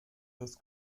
das